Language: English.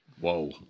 Whoa